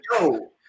Yo